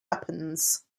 weapons